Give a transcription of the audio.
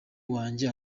wanjye